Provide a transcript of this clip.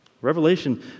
Revelation